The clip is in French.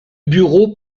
bureau